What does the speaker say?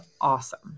awesome